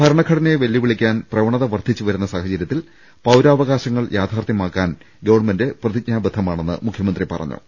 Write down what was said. ഭരണഘടനയെ വെല്ലുവിളിക്കാൻ പ്രവണത് വർദ്ധിച്ചുവരുന്ന സാഹചര്യ ത്തിൽ പൌരാവകാശങ്ങൾ യാഥാർത്ഥ്യമാക്കാൻ ഗവൺമെന്റ് പ്രതിജ്ഞാബദ്ധമാണെന്ന് മുഖ്യമന്ത്രി പറഞ്ഞു